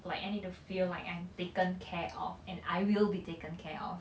like I need to feel like I'm taken care of and I will be taken care of